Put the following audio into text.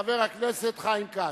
חבר הכנסת חיים כץ.